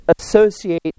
associate